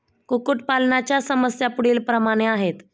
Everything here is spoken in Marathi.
कुक्कुटपालनाच्या समस्या पुढीलप्रमाणे आहेत